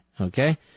Okay